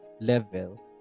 level